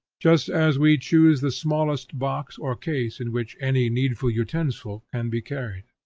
just as we choose the smallest box or case in which any needful utensil can be carried.